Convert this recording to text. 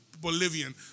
Bolivian